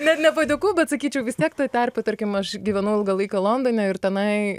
net ne padėkų bet sakyčiau vis tiek ta terpė tarkim aš gyvenau ilgą laiką londone ir tenai